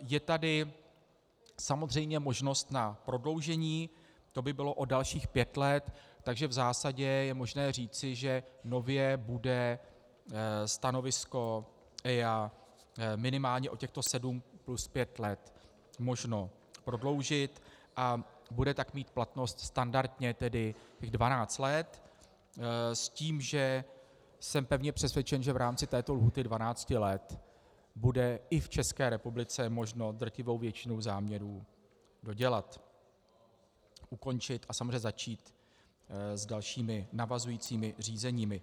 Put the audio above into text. Je tady samozřejmě možnost na prodloužení, to by bylo o dalších pět let, takže v zásadě je možné říci, že nově bude stanovisko EIA minimálně o těchto sedm plus pět let možno prodloužit a bude tak mít platnost standardně, tedy 12 let, s tím, že jsem pevně přesvědčen, že v rámci této lhůty 12 let bude i v České republice možno drtivou většinou záměrů dodělat, ukončit a samozřejmě začít s dalšími navazujícími řízeními.